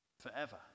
forever